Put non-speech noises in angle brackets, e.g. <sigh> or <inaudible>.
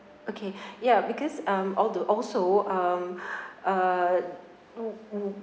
okay <breath> ya because um all the also um <breath> uh mm mm